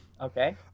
Okay